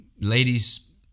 ladies